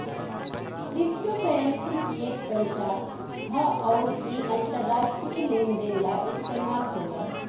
crypto currency fiat पईसा ह अउर इ अंतरराष्ट्रीय लेन देन ला इस्तमाल होला